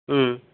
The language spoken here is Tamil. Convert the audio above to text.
ம்